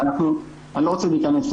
אני לא רוצה להיכנס,